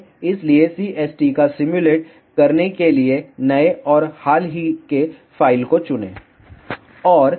इसलिए CST का simulate करने के लिए नए और हाल ही के फ़ाइल को चुनें